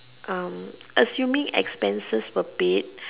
um assuming expenses were paid